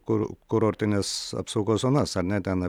kur kurortinės apsaugos zonas ar ne ten